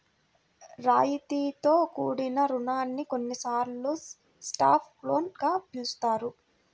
రాయితీతో కూడిన రుణాన్ని కొన్నిసార్లు సాఫ్ట్ లోన్ గా పిలుస్తారు